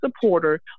supporter